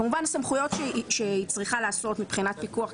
כמובן סמכויות שהיא צריכה לעשות מבחינת פיקוח,